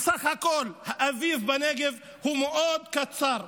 בסך הכול, האביב בנגב מאוד קצר.